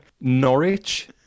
Norwich